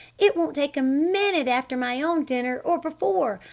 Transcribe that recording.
it won't take a minute after my own dinner or before!